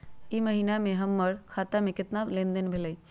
ई महीना में हमर खाता से केतना लेनदेन भेलइ?